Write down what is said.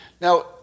Now